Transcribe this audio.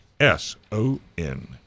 S-O-N